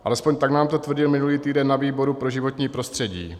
Alespoň tak nám to tvrdil minulý týden na výboru pro životní prostředí.